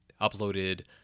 uploaded